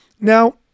Now